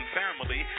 family